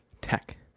Tech